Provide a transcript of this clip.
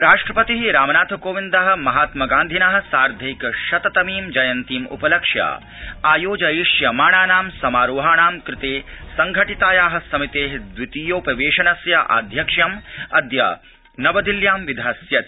राष्ट्रपति रामनाथ कोविन्द महात्मा गान्धिन साधैंक शत तमीं जयन्तीम् उपलक्ष्य आयोजयिष्यमाणानां समारोहाणां कृते संघटिताया समिते द्वितीयोपवेशनस्य आध्यक्ष्यम् अद्य नवदिल्ल्यां विधास्यति